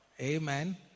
amen